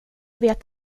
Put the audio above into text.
vet